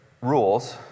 rules